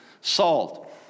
Salt